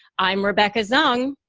i'm rebecca zung,